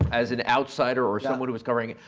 as an outsider or someone who was covering,